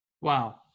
wow